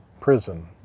Prison